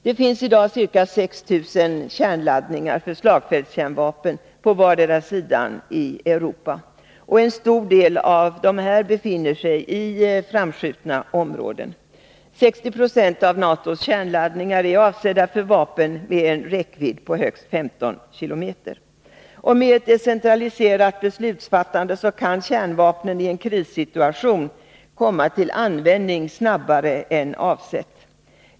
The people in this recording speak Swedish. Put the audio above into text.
Det finns i dag ca 6 000 kärnladdningar för slagfältskärnvapen på vardera sidan i Europa, och en stor del av dessa kärnladdningar befinner sig i framskjutna områden. 60 26 av NATO:s kärnladdningar är avsedda för vapen med en räckvidd på högst 15 kilometer. Med ett decentraliserat beslutsfattande kan kärnvapnen i en krissituation komma till användning snabbare än avsett.